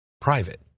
private